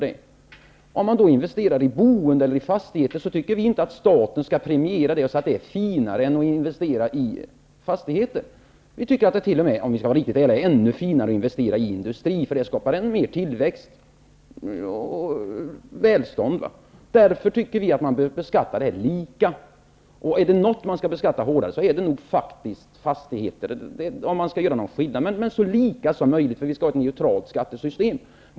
Investerar man i stället i boende eller fastigheter, tycker inte vi att staten skall premiera det, att det liksom skulle vara finare att investera i fastigheter. Vi tycker att det är -- om vi skall vara riktigt ärliga -- ännu finare att investera i industri. Det skapar mer tillväxt och välstånd, och därför tycker vi att beskattningen bör vara lika. Om något skulle beskattas hårdare, skulle det faktiskt vara fastigheter, om man skall göra någon skillnad. Bäst vore emellertid att beskatta så lika som möjligt, för ni skall ha ett neutralt skattesystem.